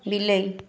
ବିଲେଇ